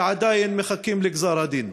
ועדיין מחכים לגזר-הדין.